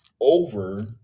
over